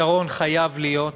הפתרון חייב להיות,